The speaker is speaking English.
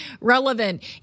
relevant